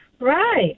Right